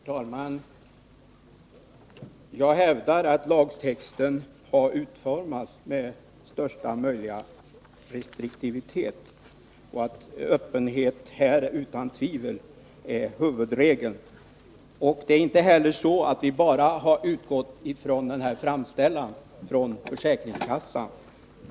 Herr talman! Jag hävdar att lagtexten har utformats med största möjliga restriktivitet och att öppenhet här utan tvivel är en huvudregel. Vidare är det så att vi inte bara har utgått från försäkringskassans framställning.